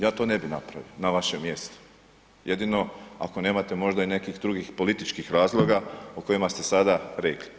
Ja to ne bi napravio na vašem mjestu, jedino ako nemate možda i nekih drugih političkih razloga o kojima ste sada rekli.